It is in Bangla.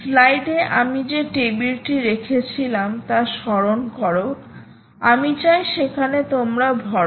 স্লাইডে আমি যে টেবিলটি রেখেছিলাম তা স্মরণ করো আমি চাই সেখানে তোমরা ভরো